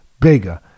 bigger